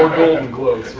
golden globes